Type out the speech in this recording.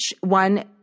one